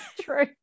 true